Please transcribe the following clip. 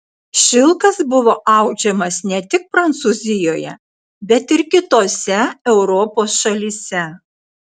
šilkas buvo audžiamas ne tik prancūzijoje bet ir kitose europos šalyse